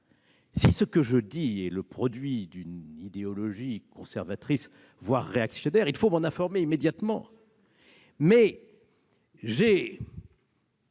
Si ce que je dis est le produit d'une idéologie conservatrice, voire réactionnaire, il faut m'en informer immédiatement ! Elle